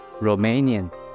Romanian